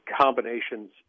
combinations